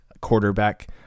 quarterback